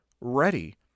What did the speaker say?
ready